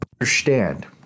understand